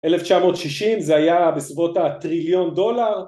1960 זה היה בסביבות הטריליון דולר